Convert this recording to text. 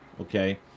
okay